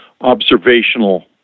observational